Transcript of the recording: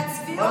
מה כבר,